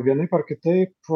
vienaip ar kitaip